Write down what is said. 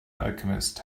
alchemist